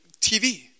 TV